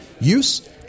use